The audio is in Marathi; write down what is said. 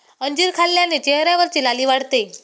अंजीर खाल्ल्याने चेहऱ्यावरची लाली वाढते